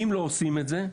אם לא עושים את זה,